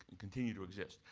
and continue to exist.